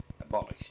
abolished